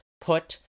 put